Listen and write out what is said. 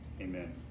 amen